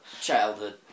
Childhood